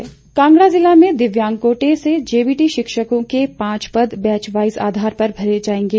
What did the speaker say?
JBT Kangra जिला में दिव्यांग कोटे से जेबीटी शिक्षकों के पांच पद बैच वाईज आधार पर भरे जाएंगे